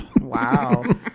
Wow